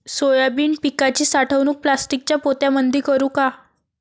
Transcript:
Soybean पिकाची साठवणूक प्लास्टिकच्या पोत्यामंदी करू का?